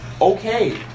Okay